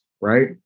right